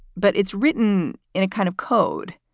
but it's written in a kind of code.